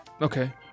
Okay